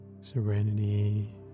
serenity